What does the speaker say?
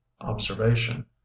observation